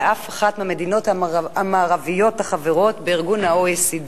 של אף אחת מהמדינות המערביות החברות ב-OECD.